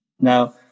Now